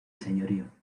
señorío